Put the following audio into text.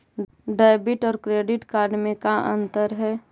Debit और credit card में का अंतर हइ?